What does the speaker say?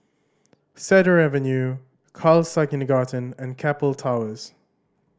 Cedar Avenue Khalsa Kindergarten and Keppel Towers